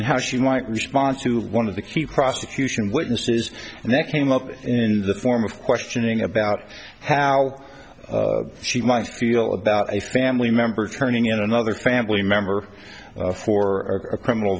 and how she white response to one of the key prosecution witnesses and they came up in the form of questioning about how she might feel about a family member turning in another family member for a criminal